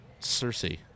cersei